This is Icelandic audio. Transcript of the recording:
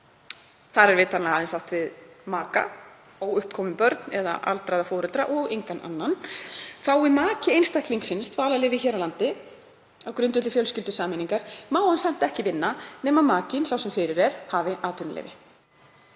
Þar er vitanlega aðeins átt við maka, óuppkomin börn eða aldraða foreldra og engan annan. Fái maki einstaklingsins dvalarleyfi hér á landi á grundvelli fjölskyldusameiningar má hann samt ekki vinna nema makinn, sá sem fyrir er, hafi atvinnuleyfi.